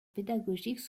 pédagogiques